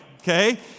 okay